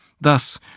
Thus